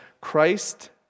Christ